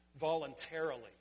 voluntarily